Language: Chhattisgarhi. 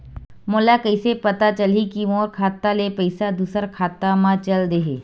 मोला कइसे पता चलही कि मोर खाता ले पईसा दूसरा खाता मा चल देहे?